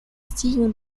tiun